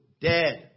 dead